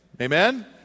Amen